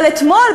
אבל אתמול,